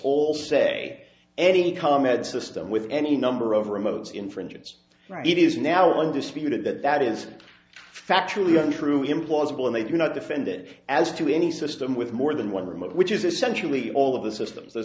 all say any comment system with any number of remotes infringers it is now undisputed that that is factually untrue implausible and they do not defend it as to any system with more than one remote which is essentially all of the system